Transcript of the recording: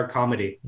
comedy